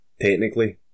technically